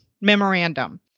memorandum